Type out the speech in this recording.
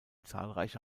zahlreiche